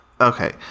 Okay